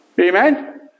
Amen